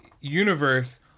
universe